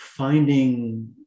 finding